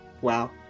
Wow